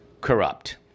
corrupt